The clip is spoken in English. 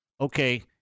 okay